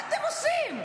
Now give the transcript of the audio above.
מה אתם עושים?